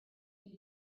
you